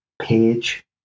page